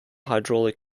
hydraulic